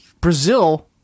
Brazil